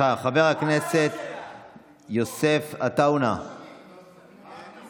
חברת הכנסת עאידה תומא סלימאן, תודה רבה.